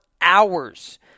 hours